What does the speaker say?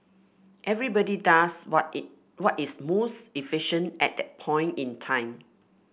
everybody does what is what is most efficient at that point in time